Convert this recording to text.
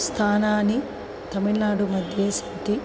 स्थानानि तमिल्नाडु मध्ये सन्ति